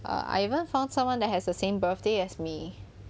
err I even found someone that has the same birthday as me